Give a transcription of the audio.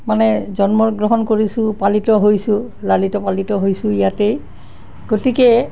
মানে জন্মগ্ৰহণ কৰিছোঁ পালিত হৈছোঁ লালিত পালিত হৈছোঁ ইয়াতেই গতিকে